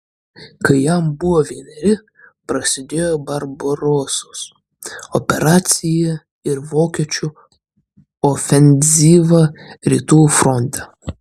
kai jam buvo vieneri prasidėjo barbarosos operacija ir vokiečių ofenzyva rytų fronte